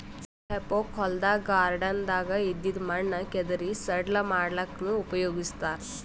ಹೆಫೋಕ್ ಹೊಲ್ದಾಗ್ ಗಾರ್ಡನ್ದಾಗ್ ಇದ್ದಿದ್ ಮಣ್ಣ್ ಕೆದರಿ ಸಡ್ಲ ಮಾಡಲ್ಲಕ್ಕನೂ ಉಪಯೊಗಸ್ತಾರ್